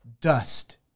dust